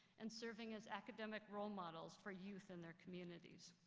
and serving as academic role models for youth in their communities.